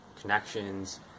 connections